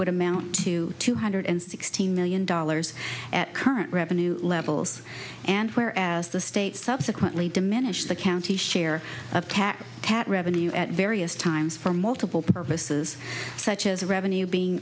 would amount to two hundred sixteen million dollars at current revenue levels and where as the state subsequently diminished the county share of cat cat revenue at various times for multiple purposes such as revenue being